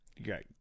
okay